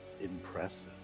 impressive